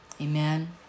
Amen